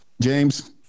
james